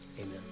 Amen